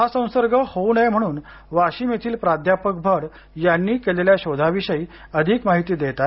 हा संसर्ग होऊ नये म्हणून वाशिम येथील प्राध्यापक भड यांनी केलेल्या शोधाविषयी अधिक माहिती देत आहेत